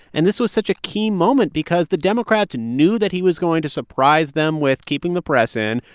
and this was such a key moment because the democrats knew that he was going to surprise them with keeping the press in.